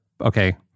Okay